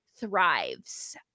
thrives